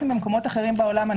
במקומות אחרים בעולם,